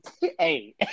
Hey